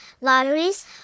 lotteries